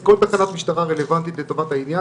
כל תחנת משטרה היא רלוונטית לטובת העניין.